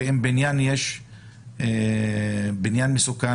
אם יש בניין מסוכן,